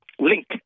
link